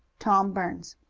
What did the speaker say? tom burns.